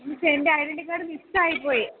എനിക്ക് എൻ്റെ identity card മിസ്സായി പോയി